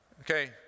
Okay